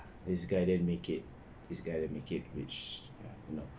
he's gotta make it he's gotta make it which you know